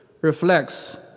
reflects